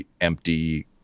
empty